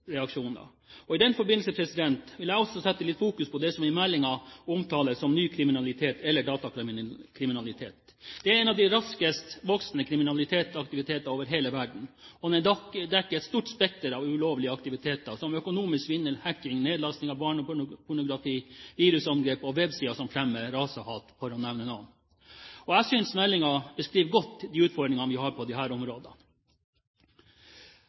I den forbindelse vil jeg også fokusere litt på det som i meldingen omtales som «ny kriminalitet», eller datakriminalitet. Det er en av de raskest voksende kriminalitetaktiviteter over hele verden, og dekker et stort spekter av ulovlig kriminalitet, som økonomisk vinning, hacking, nedlasting av barnepornografi, virusangrep på websider hvor man fremmer rasehat, for å nevne noe. Jeg synes meldingen beskriver godt de utfordringene vi har på disse områdene. En del av en sånn forbrytelse kan skje i minibanken her